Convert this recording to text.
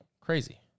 crazy